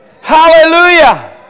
Hallelujah